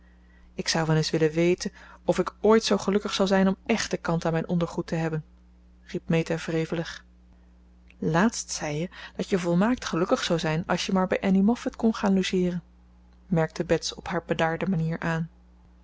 ik zou wel eens willen weten of ik ooit zoo gelukkig zal zijn om echte kant aan mijn ondergoed te hebben riep meta wrevelig laatst zei je dat je volmaakt gelukkig zou zijn als je maar bij annie moffat kon gaan logeeren merkte bets op haar bedaarde manier aan